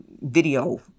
video